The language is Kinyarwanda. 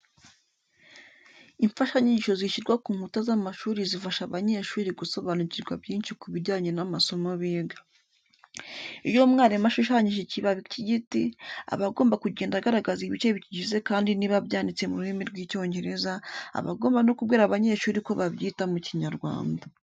Imfashanyigisho zishyirwa ku nkuta z'amashuri zifasha abanyeshuri gusobanukirwa byinshi ku bijyanye n'amasomo biga. Iyo umwarimu ashushanyije ikibabi cy'igiti, aba agomba kugenda agaragaza ibice bikigize kandi niba byanditse mu rurimi rw'Icyongereza, aba agomba no kubwira abanyeshuri uko babyita mu Kinyarwanda.